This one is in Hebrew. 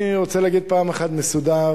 אני רוצה להגיד פעם אחת באופן מסודר